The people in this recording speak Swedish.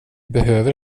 behöver